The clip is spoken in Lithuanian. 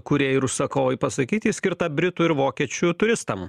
kūrėjai ir užsakovai pasakyti ji skirta britų ir vokiečių turistam